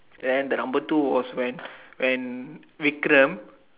than the number two was when when Wekrum